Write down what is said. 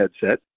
headset